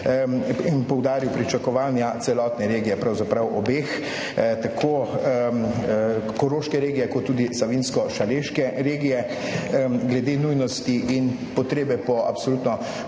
poudaril pričakovanja celotne regije, pravzaprav obeh, tako Koroške regije kot tudi Savinjsko-šaleške regije, glede nujnosti in potrebe po absolutno